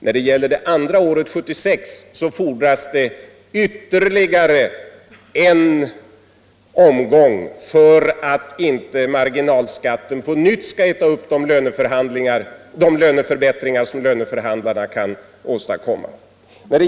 När det gäller det andra året, 1976, fordras det ytterligare en omgång för att inte marginalskatten på nytt skall äta upp de löneförbättringar som löneförhandlarna kan åstadkomma.